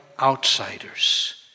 outsiders